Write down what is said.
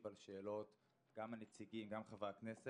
על שאלות גם הנציגים וגם של חברי הכנסת.